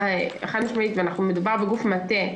חד משמעית מדובר בגוף מטה.